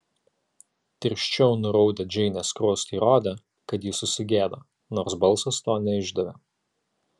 tirščiau nuraudę džeinės skruostai rodė kad ji susigėdo nors balsas to neišdavė